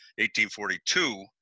1842